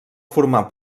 formar